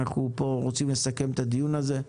אנחנו רוצים לסכם את הדיון הזה.